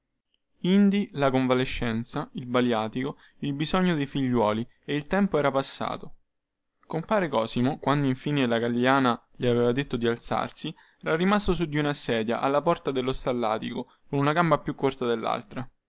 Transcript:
indi la convalescenza il baliatico il bisogno dei figliuoli e il tempo era passato compare cosimo quando infine la gagliana gli aveva detto di alzarsi era rimasto su di una sedia alla porta dello stallatico con una gamba più corta dellaltra